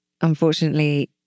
unfortunately